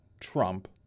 Trump